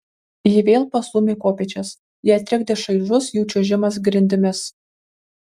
ji vėl pastūmė kopėčias ją trikdė šaižus jų čiuožimas grindimis